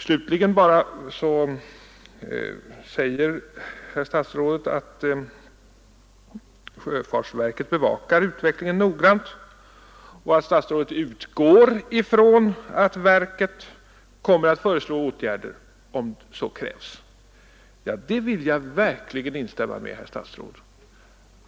Statsrådet säger slutligen att sjöfartsverket bevakar utvecklingen noga, och statsrådet utgår ifrån att verket kommer att föreslå åtgärder om så krävs. Ja, i detta vill jag verkligen instämma, herr statsråd.